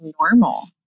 normal